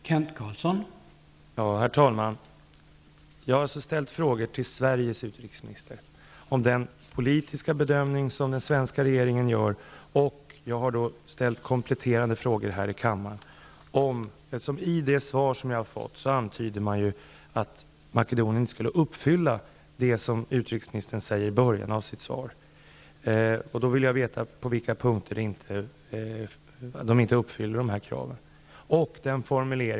Herr talman! Jag har ställt frågor till Sveriges utrikesminister om den politiska bedömning som den svenska regeringen gör, och jag har här i kammaren ställt kompletterande frågor. I det svar jag har fått antyds det att Makedonien inte skulle uppfylla de krav som utrikesministern nämner i början av sitt svar. Jag vill då veta på vilka punkter dessa krav inte uppfylls.